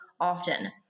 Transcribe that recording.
often